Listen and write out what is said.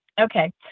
okay